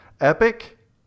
Epic